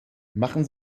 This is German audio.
machen